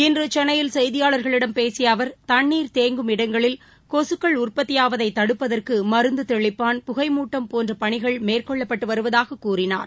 இன்றுசென்னையில் செய்தியாளர்களிடம் பேசியஅவர் தண்ணீர் தேங்கும் இடங்களில் கொசுக்கள் உற்பத்தியாவதைத் தடுப்பதற்குமருந்துதெளிப்பான் புகைமுட்டம் போன்றபணிகள் மேற்கொள்ளப்பட்டுவருவதாகக் கூறினார்